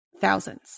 thousands